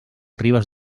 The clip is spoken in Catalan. ribes